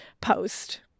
post